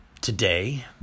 today